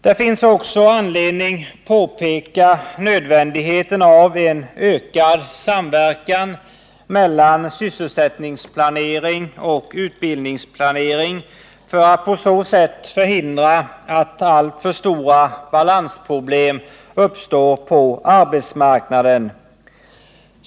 Det finns också anledning påpeka nödvändigheten av en ökad samverkan mellan sysselsättningsplanering och utbildningsplanering för att på så sätt förhindra att alltför stora balansproblem uppstår på arbetsmarknaden.